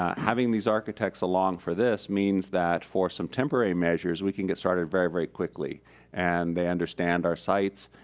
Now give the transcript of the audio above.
um having these architects along for this means that for some temporary measures, we can get started very very quickly and they understand our sites,